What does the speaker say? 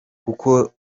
kuko